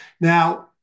Now